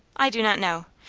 i do not know.